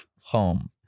home